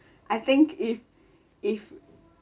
I think if if